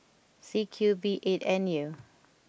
C Q B eight N U